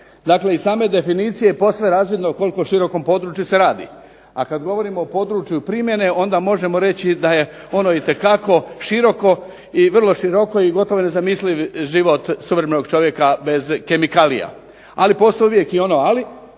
Dakle, iz same definicije je posve razvidno o koliko širokom području se radi, a kad govorimo o području primjene onda možemo reći da je ono itekako široko i vrlo široko i gotovo je nezamisliv život suvremenog čovjeka bez kemikalija. Ali postoji uvijek i ono ali,